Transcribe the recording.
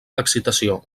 excitació